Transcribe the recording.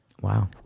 Wow